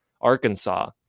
Arkansas